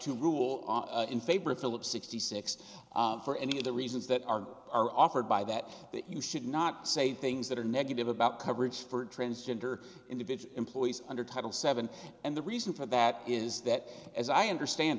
to rule in favor of philip sixty six for any of the reasons that are are offered by that you should not say things that are negative about coverage for transgender individual employees under title seven and the reason for that is that as i understand